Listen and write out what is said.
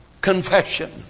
confession